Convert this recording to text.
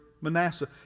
Manasseh